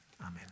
amen